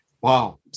Wow